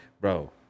bro